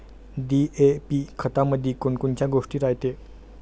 DAP खतामंदी कोनकोनच्या गोष्टी रायते?